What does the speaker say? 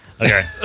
Okay